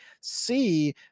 see